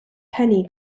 penny